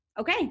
okay